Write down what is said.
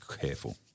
careful